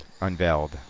unveiled